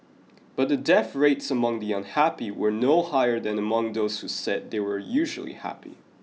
but the death rates among the unhappy were no higher than among those who said they were usually happy